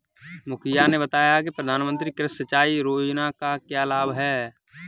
मुखिया ने बताया कि प्रधानमंत्री कृषि सिंचाई योजना का क्या लाभ है?